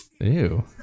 Ew